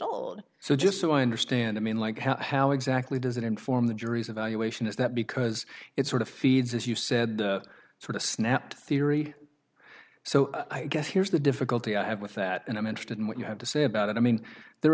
old so just so i understand i mean like how how exactly does that inform the jury's evaluation is that because it sort of feeds as you said the sort of snap theory so i guess here's the difficulty i have with that and i'm interested in what you have to say about it i mean there